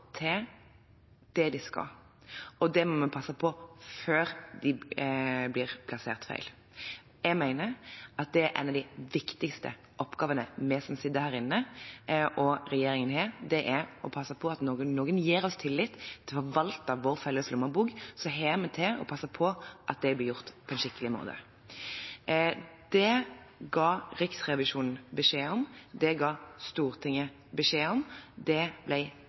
til det de skal. Det må vi passe på før de blir plassert feil. Jeg mener at en av de viktigste oppgavene vi som sitter her inne og regjeringen har, er å passe på at når noen gir oss tillit til å forvalte vår felles lommebok, så har vi å passe på at det blir gjort på en skikkelig måte. Det ga Riksrevisjonen beskjed om. Det ga Stortinget beskjed om. Det ble